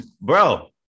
Bro